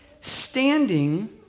standing